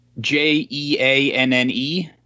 j-e-a-n-n-e